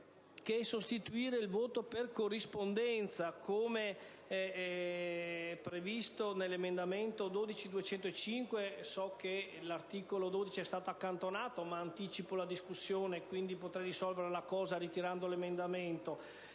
che sostituire il voto per corrispondenza, come previsto nell'emendamento 12.205 - so che l'articolo 12 è stato accantonato, ma anticipo la questione, che potrei risolvere ritirando l'emendamento